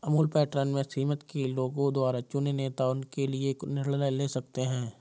Amul pattern में समिति के लोगों द्वारा चुने नेता उनके लिए कुछ निर्णय ले सकते हैं